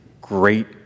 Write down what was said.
great